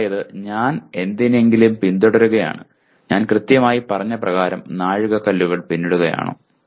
അതായത് ഞാൻ എന്തെങ്കിലും പിന്തുടരുകയാണ് ഞാൻ കൃത്യമായി പറഞ്ഞ പ്രകാരം നാഴികക്കല്ലുകൾ പിന്നിടുകയാണോ